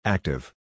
Active